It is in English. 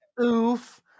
Oof